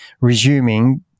resuming